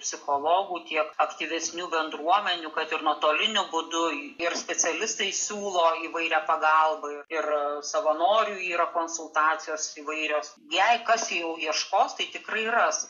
psichologų tiek aktyvesnių bendruomenių kad ir nuotoliniu būdu ir specialistai siūlo įvairią pagalbą ir savanorių yra konsultacijos įvairios jei kas jau ieškos tai tikrai ras